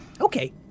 Okay